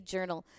Journal